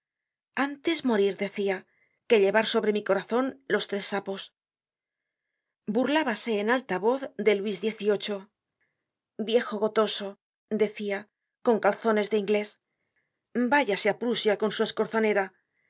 antes morir decia que llevar sobre mi corazon los tres sapos burlábase en alta voz de luis xviii viejo gotoso decia ron calzones de inglés ráyase ó prusia con su